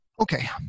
Okay